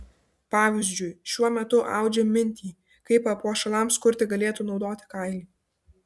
pavyzdžiui šiuo metu audžia mintį kaip papuošalams kurti galėtų naudoti kailį